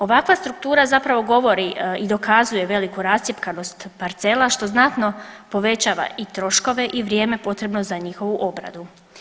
Ovakva struktura zapravo govori i dokazuje veliku rascjepkanost parcela što znatno povećava i troškove i vrijeme potrebno za njihovu obradu.